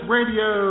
Radio